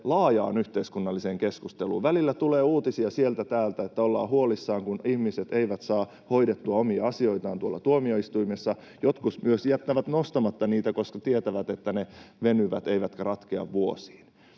laajaan yhteiskunnalliseen keskusteluun. Välillä tulee uutisia sieltä täältä, että ollaan huolissaan, kun ihmiset eivät saa hoidettua omia asioitaan tuolla tuomioistuimissa. Jotkut myös jättävät nostamatta niitä, koska tietävät, että ne venyvät eivätkä ratkea vuosiin.